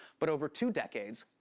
but over two decades,